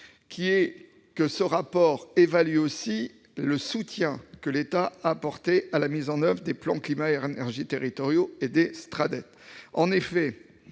ajouter que le rapport évaluera aussi le soutien que l'État a apporté à la mise en oeuvre des plans climat-air-énergie territoriaux et des schémas